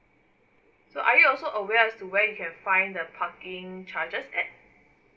so are you also aware as to where you can find the parking charges at